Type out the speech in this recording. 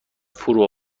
فرو